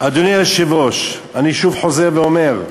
אדוני היושב-ראש, אני שוב חוזר ואומר: